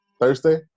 Thursday